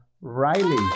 Riley